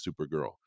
Supergirl